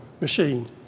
machine